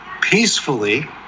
peacefully